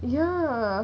ya